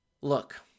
Look